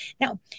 Now